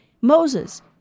Moses